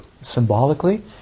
Symbolically